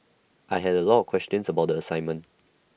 I had A lot of questions about the assignment